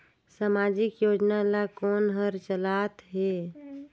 समाजिक योजना ला कोन हर चलाथ हे?